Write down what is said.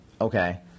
okay